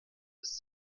ist